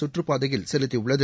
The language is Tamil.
சுற்றுப்பாதையில் செலுத்தியுள்ளது